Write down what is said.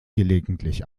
gelegentlich